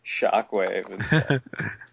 Shockwave